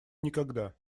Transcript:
никогда